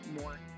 more